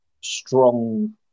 strong